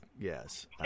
yes